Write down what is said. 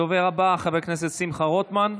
הדובר הבא, חבר כנסת שמחה רוטמן,